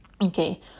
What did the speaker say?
Okay